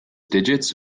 digits